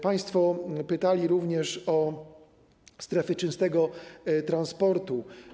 Państwo pytali również o strefy czystego transportu.